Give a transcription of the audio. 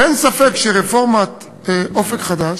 ואין ספק שרפורמת "אופק חדש"